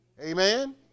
Amen